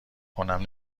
کنم